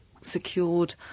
secured